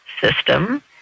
system